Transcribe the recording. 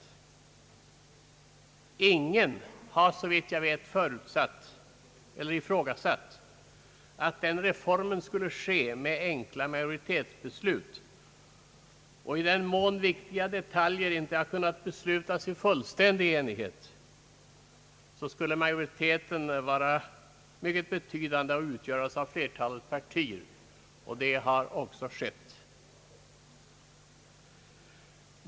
Ingen har såvitt jag vet ifrågasatt att den reformen: skulle ske med enkla majoritetsbeslut. I den mån fullständig enighet om viktiga detaljer inte har kunnat nås, skulle majoriteten vara mycket betydande och utgöras av flertalet partier. Detta har också skett.